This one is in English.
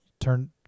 turn